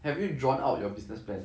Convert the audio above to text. have you drawn out your business plan